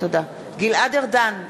גלעד ארדן,